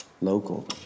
local